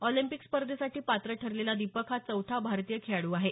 Olympic स्पर्धेसाठी पात्र ठरलेला दीपक हा चौथा भारतीय खेळाडू आहे